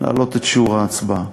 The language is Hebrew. להעלות את שיעור ההצבעה.